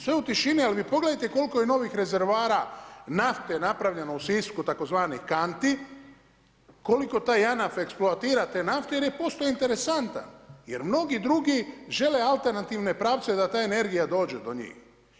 Sve u tišini, ali vi pogledajte koliko je novih rezervoara nafte napravljeno u Sisku tzv. kanti, koliko taj Janaf eksploatira te nafte jer je postao interesantan jer mnogi drugi žele alternativne pravce da ta energija dođe do njih.